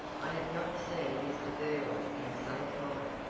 i have not seen mr. burlock in some time.